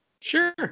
Sure